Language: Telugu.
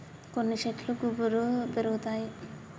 కొన్ని శెట్లు గుబురుగా పెరుగుతాయి